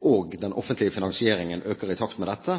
og den offentlige finansieringen øker i takt med dette,